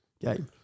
game